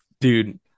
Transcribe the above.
dude